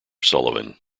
sullivan